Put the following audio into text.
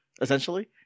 essentially